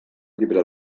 llibre